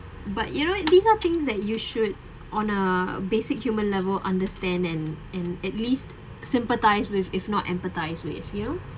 but you know these are things that you should on a basic human level understand and and at least sympathise with if not empathise with you know